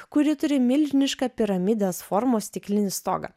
kuri turi milžinišką piramidės formos stiklinį stogą